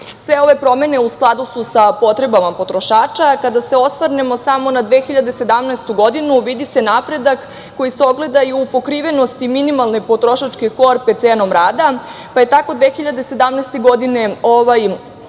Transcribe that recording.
Sve ove promene u skladu su sa potrebama potrošača. Kada se osvrnemo samo na 2017. godinu vidi se napredak koji se ogleda i u pokrivenosti minimalne potrošačke korpe cenom rada, pa je tako 2017. godine ova